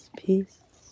peace